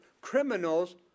criminals